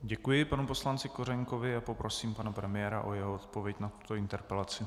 Děkuji panu poslanci Kořenkovi a poprosím pana premiéra o odpověď na tuto interpelaci.